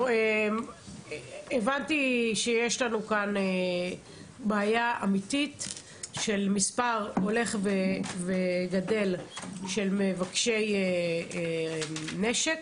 הבנתי שיש לנו כאן בעיה אמיתית של מספר הולך וגדל של מבקשי נשק,